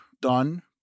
done